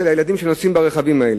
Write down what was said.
של הילדים שנוסעים ברכבים האלה.